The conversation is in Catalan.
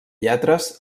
lletres